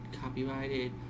copyrighted